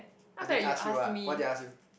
I didn't ask you what why did I ask you